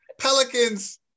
Pelicans